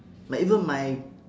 my even my